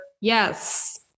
yes